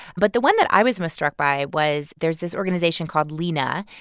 but the one that i was most struck by was there's this organization called lena.